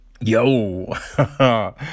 Yo